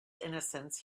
innocence